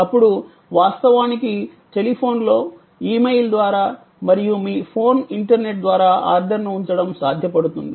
అప్పుడు వాస్తవానికి టెలిఫోన్లో ఇమెయిల్ ద్వారా మరియు మీ ఫోన్ ఇంటర్నెట్ ద్వారా ఆర్డర్ను ఉంచడం సాధ్యపడుతుంది